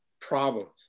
problems